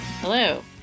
Hello